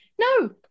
no